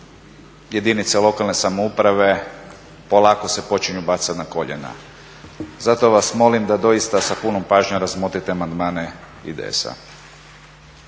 jedinice lokalne samouprave polako se počinju bacati na koljena. Zato vas molim da doista sa punom pažnjom razmotrite amandmane IDS-a.